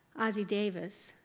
ossie davis,